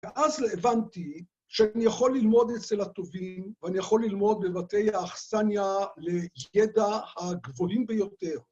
ואז הבנתי שאני יכול ללמוד אצל הטובים ואני יכול ללמוד בבתי האכסניה לידע הגבוהים ביותר.